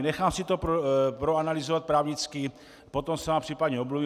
Nechám si to proanalyzovat právnicky, potom se vám případně omluvím.